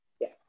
Yes